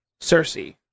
Cersei